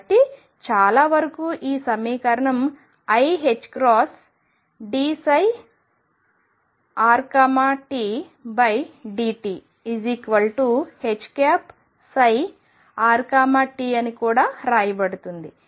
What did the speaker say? కాబట్టి చాలా వరకు ఈ సమీకరణం iℏdψrtdtHψrt అని కూడా రాయబడుతుంది